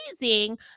amazing